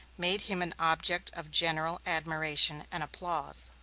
made him an object of general admiration and applause.